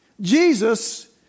Jesus